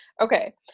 Okay